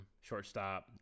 shortstop